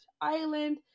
island